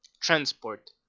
transport